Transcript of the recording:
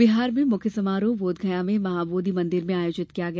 बिहार में मुख्य समारोह बोधगया में महाबोधि मंदिर में आयोजित किया गया